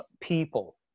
people